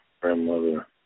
grandmother